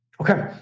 Okay